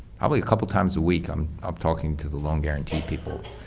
probably a couple times a week i'm i'm talking to the loan guarantee people,